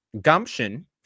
gumption